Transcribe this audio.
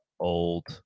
old